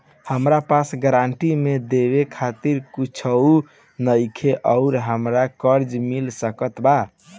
हमरा पास गारंटी मे देवे खातिर कुछूओ नईखे और हमरा कर्जा मिल सकत बा?